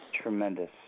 Tremendous